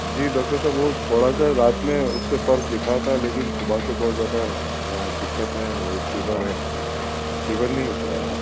جی doctor صاحب وہ تھوڑا سا رات میں اُس سے فرق دِکھا تھا لیکن صبح سے بہت زیادہ دقت ہے وہی فیور ہے فیور نہیں اُترا ہے